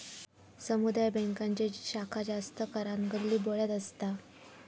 समुदाय बॅन्कांची शाखा जास्त करान गल्लीबोळ्यात असता